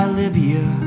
Olivia